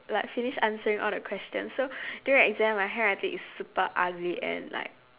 like finish the answering all the question so during exam my handwriting is super ugly and like